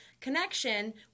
connection